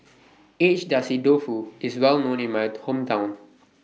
Agedashi Dofu IS Well known in My Hometown